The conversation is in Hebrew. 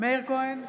מאיר כהן,